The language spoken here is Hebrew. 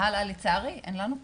והלאה, לצערי, אין לנו כוח.